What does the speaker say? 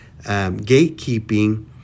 gatekeeping